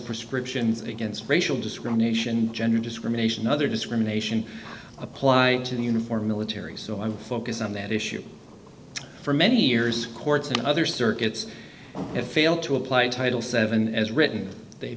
prescriptions against racial discrimination gender discrimination other discrimination apply to the uniform military so i'm focused on that issue for many years courts and other circuits have failed to apply title seven as written they've